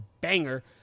banger